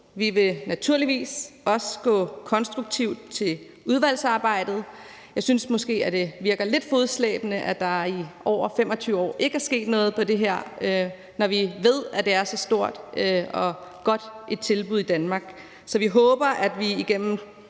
Vi vil naturligvis også gå konstruktivt til udvalgsarbejdet. Jeg synes måske, det virker lidt fodslæbende, at der i over 25 år ikke er sket noget på det her område, når vi ved, at det er så stort og godt et tilbud i Danmark. Så vi håber, at vi gennem